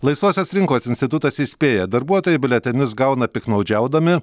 laisvosios rinkos institutas įspėja darbuotojai biuletenius gauna piktnaudžiaudami